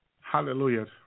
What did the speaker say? Hallelujah